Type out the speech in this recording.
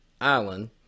island